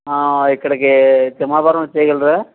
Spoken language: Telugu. ఆ ఇక్కడికి తిమ్మాపురం వచ్చేయగలరా